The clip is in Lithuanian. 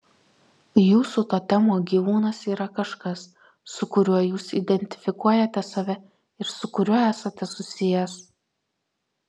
jūsų totemo gyvūnas yra kažkas su kuriuo jūs identifikuojate save ir su kuriuo esate susijęs